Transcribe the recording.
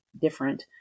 different